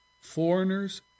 foreigners